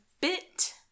bit